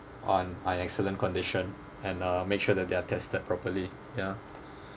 on an excellent condition and uh make sure that they're tested properly ya